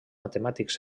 matemàtics